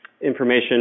information